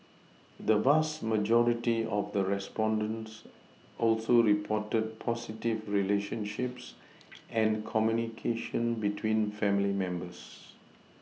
the vast majority of respondents also reported positive relationships and communication between family members